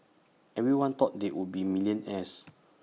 everyone thought they would be millionaires